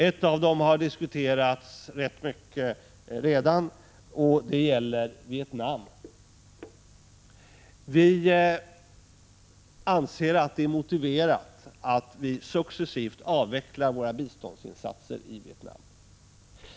Ett av dem har diskuterats rätt mycket redan — det är Vietnam. Vi anser att det är motiverat att successivt avveckla våra biståndsinsatser i Vietnam.